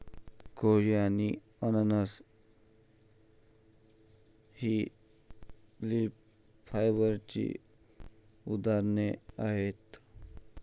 केळी आणि अननस ही लीफ फायबरची उदाहरणे आहेत